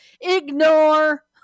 ignore